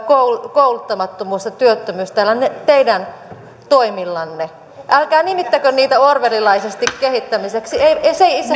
kouluttamattomuus ja työttömyys näillä teidän toimillanne älkää nimittäkö niitä orwellilaisesti kehittämiseksi se